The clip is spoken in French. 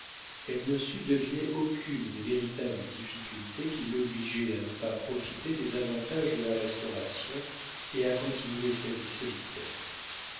elle ne sut deviner aucune des véritables difficultés qui l'obligeaient à ne pas profiter des avantages de la restauration et à continuer sa vie solitaire